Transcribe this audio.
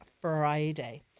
Friday